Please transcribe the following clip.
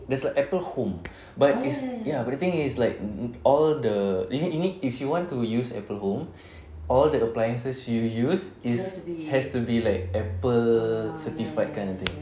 there's a apple home but it's ya but the thing is like all the you need you need if you want use apple home all the appliances you use is has to be like apple certified kind of thing